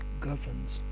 governs